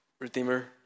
Redeemer